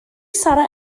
sarra